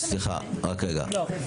סליחה, רק רגע.